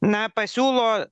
na pasiūlo